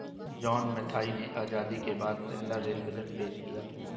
John Mathai ने आजादी के बाद पहला रेल बजट पेश किया